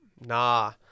Nah